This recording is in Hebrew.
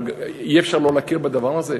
אבל אי-אפשר לא להכיר בדבר הזה.